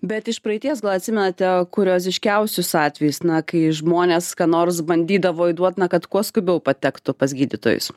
bet iš praeities gal atsimenate kurioziškiausius atvejus na kai žmonės ką nors bandydavo įduot na kad kuo skubiau patektų pas gydytojus